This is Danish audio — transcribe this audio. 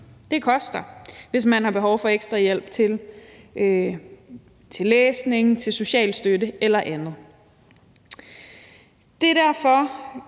Det koster, hvis man har behov for ekstra hjælp til læsning, social støtte eller andet.